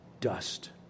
dust